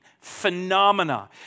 phenomena